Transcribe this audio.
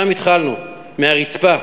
ושם התחלנו, מהרצפה,